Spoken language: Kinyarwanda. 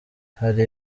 hari